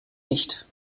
nicht